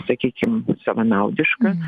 sakykim savanaudiška